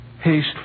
Haste